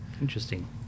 interesting